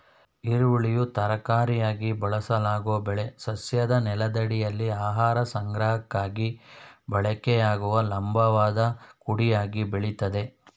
ಈರುಳ್ಳಿಯು ತರಕಾರಿಯಾಗಿ ಬಳಸಲಾಗೊ ಬೆಳೆ ಸಸ್ಯದ ನೆಲದಡಿಯಲ್ಲಿ ಆಹಾರ ಸಂಗ್ರಹಕ್ಕಾಗಿ ಬಳಕೆಯಾಗುವ ಲಂಬವಾದ ಕುಡಿಯಾಗಿ ಬೆಳಿತದೆ